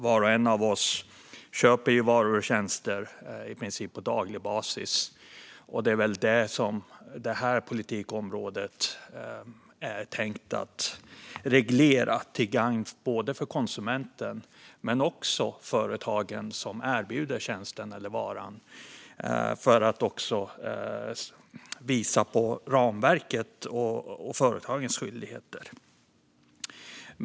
Var och en av oss köper ju varor och tjänster på daglig basis, och det är väl det detta politikområde är tänkt att reglera, till gagn för både konsumenter och företag vad gäller rättigheter och skyldigheter.